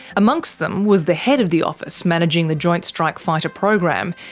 amongst them was the head of the office managing the joint strike fighter program,